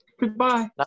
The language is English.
Goodbye